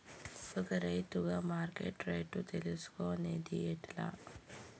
ఒక రైతుగా మార్కెట్ రేట్లు తెలుసుకొనేది ఎట్లా?